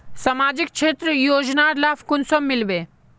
सामाजिक क्षेत्र योजनार लाभ कुंसम मिलबे?